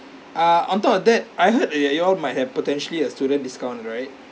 ah on top of that I heard y'all y'all might have potentially a student discount right